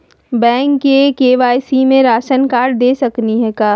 Bank में KYC में ration card दे सकली हई का?